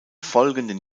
folgenden